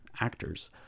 actors